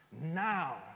Now